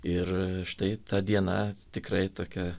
ir štai ta diena tikrai tokia